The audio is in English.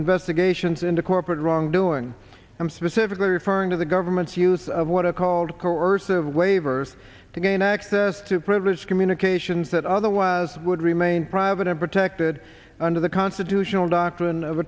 investigations into corporate wrongdoing i'm specifically referring to the government's use of what are called coercive waivers to gain access to privileged communications that otherwise would remain private and protected under the constitutional doctrine of